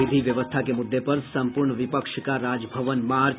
विधि व्यवस्था के मुद्दे पर संपूर्ण विपक्ष का राजभवन मार्च